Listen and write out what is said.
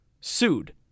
sued